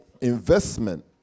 investment